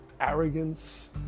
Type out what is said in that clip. arrogance